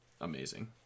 amazing